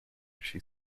she